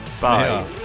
Bye